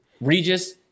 Regis